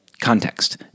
context